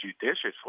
judiciously